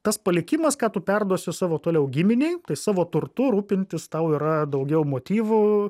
tas palikimas ką tu perduosi savo toliau giminei tai savo turtu rūpintis tau yra daugiau motyvų